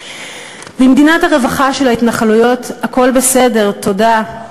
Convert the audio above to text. במדינת הרווחה של ההתנחלויות הכול בסדר, תודה.